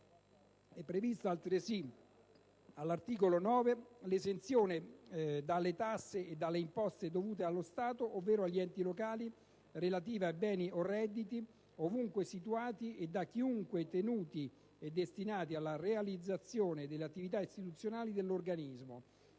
È prevista altresì, all'articolo 9, l'esenzione dalle tasse e dalle imposte dovute allo Stato ovvero agli enti locali, relative a beni o redditi, ovunque situati e da chiunque tenuti e destinati alla realizzazione delle attività istituzionali dell'organismo.